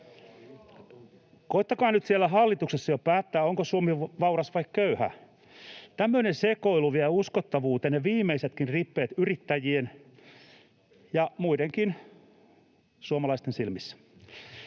Koettakaa nyt siellä hallituksessa jo päättää, onko Suomi vauras vai köyhä. Tämmöinen sekoilu vie uskottavuutenne viimeisetkin rippeet yrittäjien ja muidenkin suomalaisten silmissä.